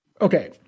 okay